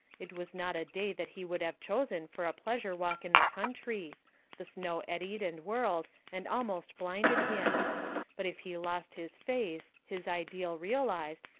it was not a day that he would have chosen for a pleasure-walk in the country the snow eddied and whirled, and almost blinded him but if he lost his face, his ideal realised,